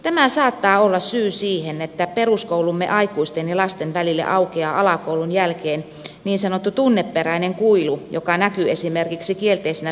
tämä saattaa olla syy siihen että peruskoulumme aikuisten ja lasten välille aukeaa alakoulun jälkeen niin sanottu tunneperäinen kuilu joka näkyy esimerkiksi kielteisenä suhtautumisena opettajaan